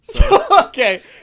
okay